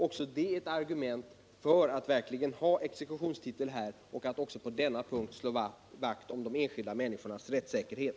Också detta är ett argument för att verkligen ha exekutionstiteln här och att också på denna punkt slå vakt om de enskilda människornas rättssäkerhet.